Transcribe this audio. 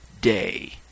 Day